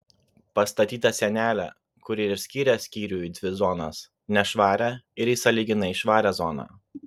pastatyta sienelė kuri ir skiria skyrių į dvi zonas nešvarią ir į sąlyginai švarią zoną